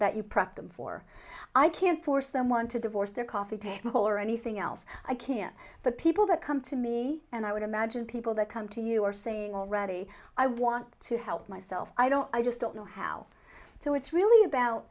practice for i can't force someone to divorce their coffee table or anything else i can but people that come to me and i would imagine people that come to you are saying already i want to help my i don't i just don't know how so it's really about